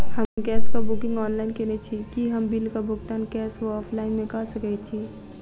हम गैस कऽ booking online केने छी, की हम बिल कऽ भुगतान कैश वा ऑफलाइन मे कऽ सकय छी?